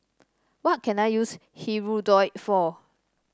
what can I use Hirudoid for